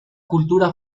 cultura